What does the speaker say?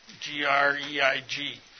G-R-E-I-G